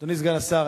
אדוני סגן השר,